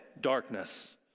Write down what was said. darkness